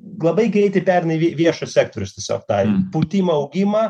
labai greitai pereina į viešo sektoriaus tiesiog tą pūtimą augimą